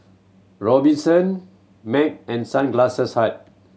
Robinson Mac and Sunglasses Hut